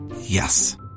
Yes